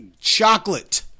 Chocolate